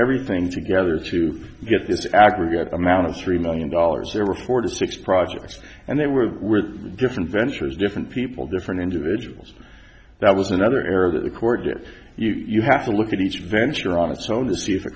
everything together to get this aggregate amount of three million dollars there were four to six projects and they were with different ventures different people different individuals that was another area that the court did you have to look at each venture on its own to see